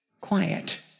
Quiet